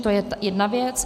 To je jedna věc.